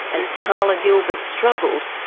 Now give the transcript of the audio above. as carla gilbert struggled,